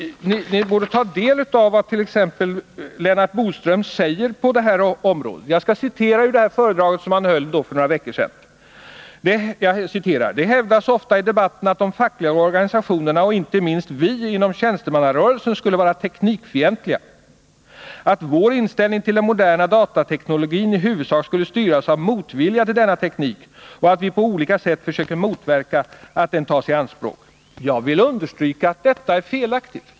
Ni bör ta del av vad Lennart Bodström säger om datautvecklingen. Låt mig citera följande ur det föredrag som han höll för ”Det hävdas ofta i debatten att de fackliga organisationerna och inte minst vi inom tjänstemannarörelsen skulle vara teknikfientliga, att vår inställning till den moderna datateknologin i huvudsak skulle styras av motvilja till denna teknik och att vi på olika sätt försöker motverka att den tas i anspråk. Jag vill understryka att detta är felaktigt.